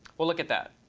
we'll look at that,